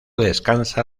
descansa